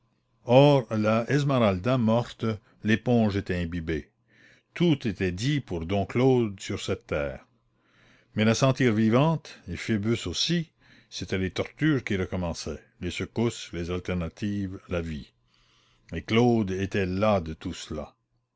la esmeralda morte l'éponge était imbibée tout était dit pour dom claude sur cette terre mais la sentir vivante et phoebus aussi c'étaient les tortures qui recommençaient les secousses les alternatives la vie et claude était las de tout cela